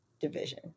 division